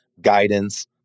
guidance